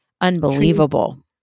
unbelievable